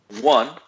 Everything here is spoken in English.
One